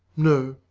no.